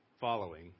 following